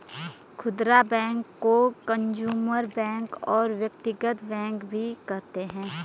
खुदरा बैंक को consumer bank और व्यक्तिगत बैंक भी कहते हैं